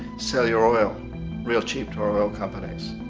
sell your oil real cheap to our oil companies,